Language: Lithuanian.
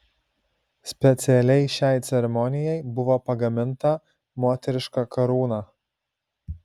specialiai šiai ceremonijai buvo pagaminta moteriška karūna